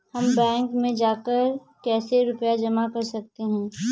हम बैंक में जाकर कैसे रुपया जमा कर सकते हैं?